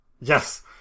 Yes